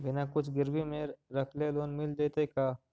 बिना कुछ गिरवी मे रखले लोन मिल जैतै का?